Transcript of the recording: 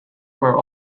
were